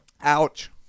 Ouch